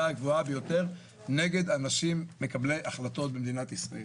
הגבוהה ביותר נגד מקבלי החלטות במדינת ישראל.